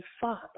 father